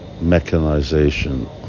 mechanization